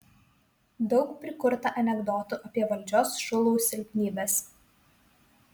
daug prikurta anekdotų apie valdžios šulų silpnybes